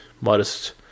modest